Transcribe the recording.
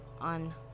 on